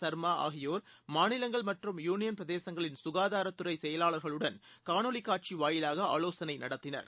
சர்மா ஆகியோர் மாநிலங்கள் மற்றும் யூனியள் பிரதேசங்களின் காதாரத் துறைச் செயலாளர்களுடன் காணொலிக் காட்சி வாயிலாக ஆலோசனை நடத்தினர்